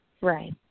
Right